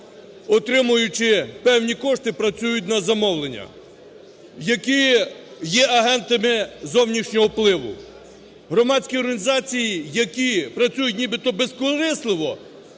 отримуючи певні кошти, працюють на замовлення, які є агентами зовнішнього впливу. Громадські організації, які працюють нібито безкорисливо,